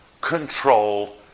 control